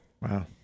Wow